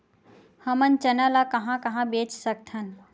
हमन चना ल कहां कहा बेच सकथन?